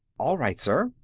all right, sir,